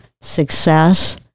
success